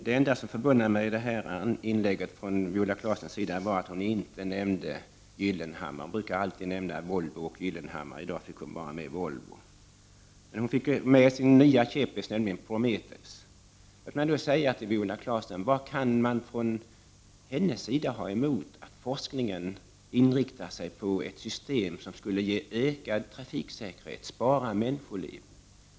Det enda som förvånar mig är att hon i inlägget inte nämnde Gyllenhammar — hon brukar alltid nämna Volvo och Gyllenhammar, men i dag fick hon bara med Volvo. Hon fick i stället med sin nya käpphäst, nämligen Prometheus. Låt mig fråga vad Viola Claesson har emot att forskningen inriktar sig på ett system som skulle ge ökad trafiksäkerhet och spara människoliv?